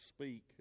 speak